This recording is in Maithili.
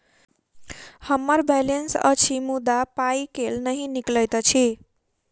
हम्मर बैलेंस अछि मुदा पाई केल नहि निकलैत अछि?